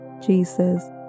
Jesus